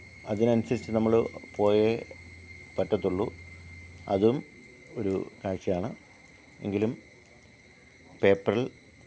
അതിന് അനുസരിച്ച് നമ്മൾ പോയെ പറ്റത്തുള്ളു അതും ഒരു കാഴ്ചയാണ് എങ്കിലും പേപ്പറില്